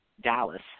Dallas